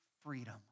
freedom